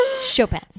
Chopin